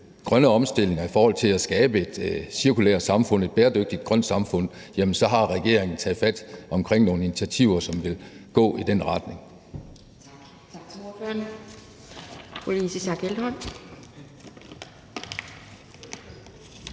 grønne omstilling og i forhold til at skabe er et cirkulært og bæredygtigt, grønt samfund, jamen så har regeringen taget fat på nogle initiativer, som vil gå i den retning.